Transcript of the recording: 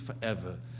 forever